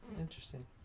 interesting